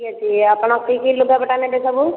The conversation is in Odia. ଠିକ୍ ଅଛି ଆପଣ କି କି ଲୁଗା ପଟା ନେବେ ସବୁ